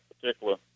particular